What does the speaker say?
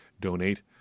donate